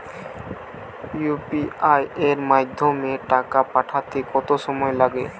UPI এর মাধ্যমে টাকা পাঠাতে কত সময় লাগে?